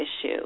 issue